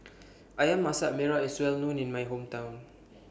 Ayam Masak Merah IS Well known in My Hometown